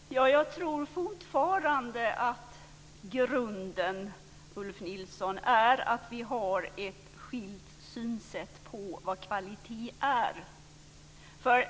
Herr talman! Jag tror fortfarande, Ulf Nilsson, att grunden är att vi har skilda synsätt när det gäller vad kvalitet är.